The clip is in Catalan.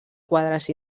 quadres